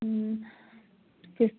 ꯎꯝ